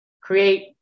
create